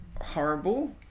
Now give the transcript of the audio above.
horrible